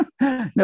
no